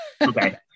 Okay